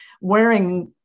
wearing